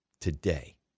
today